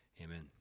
Amen